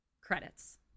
credits